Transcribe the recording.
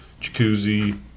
jacuzzi